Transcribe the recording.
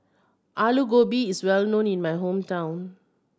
Alu Gobi is well known in my hometown